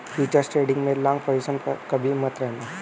futures trading में long position पर कभी मत रहना